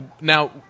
Now